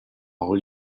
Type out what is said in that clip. all